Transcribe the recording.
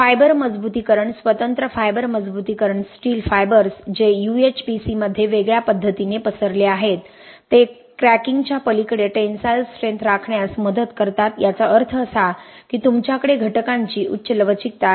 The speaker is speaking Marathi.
फायबर मजबुतीकरण स्वतंत्र फायबर मजबुतीकरण स्टील फायबर्स जे यूएचपीसीमध्ये वेगळ्या पद्धतीने पसरले आहेत ते क्रॅकिंगच्या पलीकडे टेन्साइल स्ट्रेंथ राखण्यास मदत करतात याचा अर्थ असा की तुमच्याकडे घटकांची उच्च लवचिकता आहे